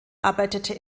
arbeitete